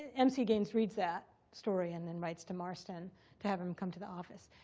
mc gaines reads that story and then writes to marston to have him come to the office.